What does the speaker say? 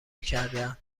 کردهاند